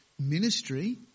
ministry